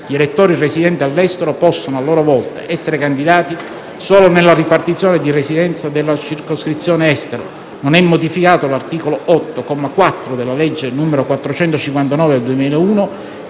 Gli elettori residenti all'estero possono, a loro volta, essere candidati solo nella ripartizione di residenza della circoscrizione Estero (non è modificato l'articolo 8, comma 4, della legge n. 459 del 2001